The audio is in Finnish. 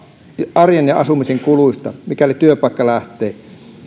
arjen ja asumisen kuluista mikäli työpaikka lähtee